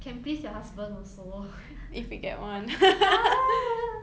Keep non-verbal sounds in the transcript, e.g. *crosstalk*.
can please your husband also *noise*